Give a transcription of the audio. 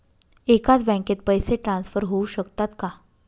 एकाच बँकेत पैसे ट्रान्सफर होऊ शकतात का?